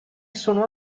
sono